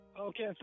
Okay